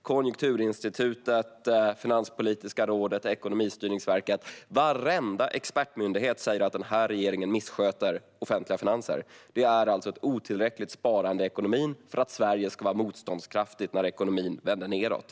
Konjunkturinstitutet, Finanspolitiska rådet, Ekonomistyrningsverket och varenda expertmyndighet säger att den här regeringen missköter offentliga finanser. Det är alltså ett otillräckligt sparande i ekonomin för att Sverige ska vara motståndskraftigt när ekonomin vänder nedåt.